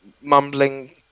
mumbling